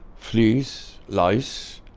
fleas, lice,